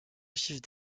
vives